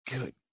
Good